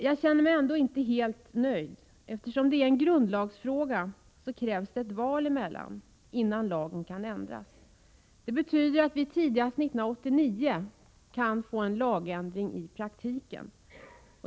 Jag känner mig ändå inte helt nöjd. Eftersom det är en grundlagsfråga, krävs det ett val emellan innan lagen kan ändras. Det betyder att vi i praktiken tidigast år 1989 kan få en lagändring.